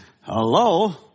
hello